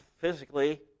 physically